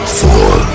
four